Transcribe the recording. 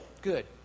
good